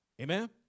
Amen